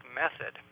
method